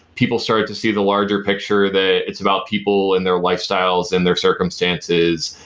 people start to see the larger picture that it's about people and their lifestyles and their circumstances.